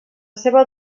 seva